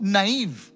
naive